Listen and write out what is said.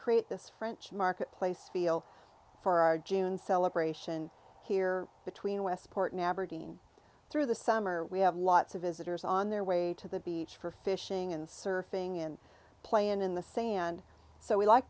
create this french marketplace feel for our june celebration here between westport never again through the summer we have lots of visitors on their way to the beach for fishing and surfing in play and in the sand so we like